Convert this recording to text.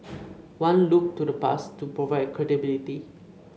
one looked to the past to provide credibility